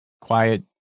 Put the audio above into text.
quiet